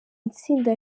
itsinda